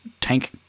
tank